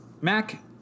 Mac